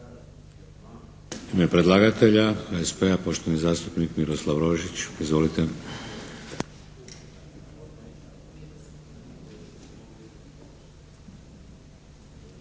ime predlagatelja HSP-a, poštovani zastupnik Miroslav Rožić. Izvolite.